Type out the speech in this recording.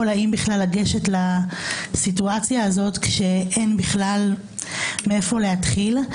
האם בכלל לגשת לסיטואציה הזאת כשאין בכלל מאיפה להתחיל.